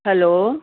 hello